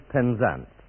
Penzance